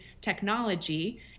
technology